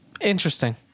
interesting